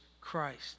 Christ